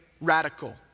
radical